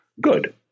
good